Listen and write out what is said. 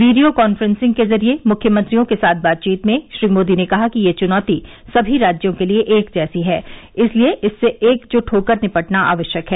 video conferencing के जरिए मुख्यमंत्रियों के साथ बातचीत में श्री मोदी ने कहा कि ये चुनौती समी राज्यों के लिए एक जैसी है इसलिए इससे एकजुट होकर निपटना आवश्यक है